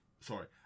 sorry